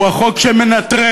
הוא החוק שמנטרל